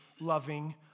loving